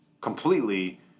completely